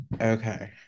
okay